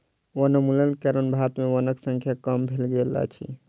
वनोन्मूलनक कारण भारत में वनक संख्या कम भ गेल अछि